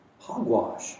hogwash